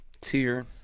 tier